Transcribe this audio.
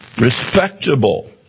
respectable